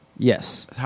Yes